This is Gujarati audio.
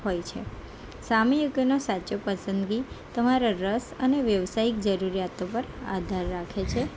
હોય છે સામયિકોનો સાચો પસંદગી તમારા રસ અને વ્યવસાયિક જરુરિયાતો પર આધાર રાખે છે